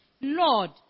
Lord